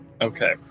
Okay